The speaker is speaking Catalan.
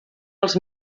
els